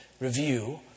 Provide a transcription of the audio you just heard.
review